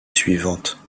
suivante